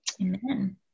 Amen